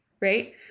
right